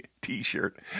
t-shirt